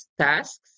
tasks